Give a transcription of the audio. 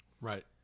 Right